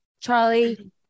Charlie